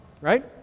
Right